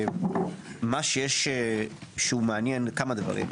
מה שהוא מעניין, כמה דברים.